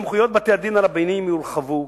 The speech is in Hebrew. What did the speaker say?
סמכויות בתי-הדין הרבניים יורחבו.